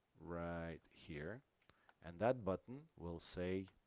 right here and that button will say